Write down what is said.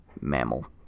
mammal